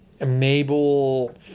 Mabel